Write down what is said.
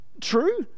true